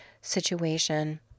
situation